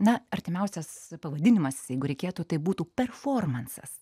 na artimiausias pavadinimas jeigu reikėtų tai būtų performansas